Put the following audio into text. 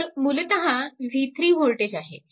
तर हे मूलतः v3 वोल्टेज आहे